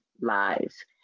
lives